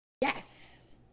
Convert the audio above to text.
Yes